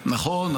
נכון.